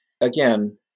again